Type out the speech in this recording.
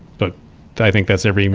but i think that's every.